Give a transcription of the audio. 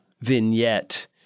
vignette